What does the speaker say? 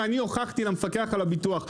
ואני הוכחתי למפקח על הביטוח,